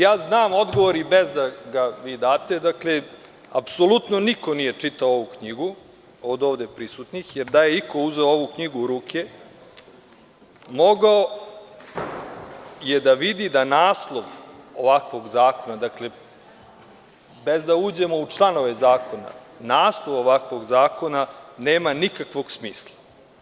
Ja znam odgovor i bez da ga vi date, dakle, apsolutno niko nije čitao ovu knjigu, od ovde prisutnih, jer da je iko uzeo ovu knjigu u ruke mogao je da vidi da naslov ovakvog zakona, dakle bez da uđe u članove zakona, naslov ovakvog zakona nema nikakvog smisla.